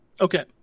Okay